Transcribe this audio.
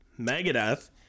Megadeth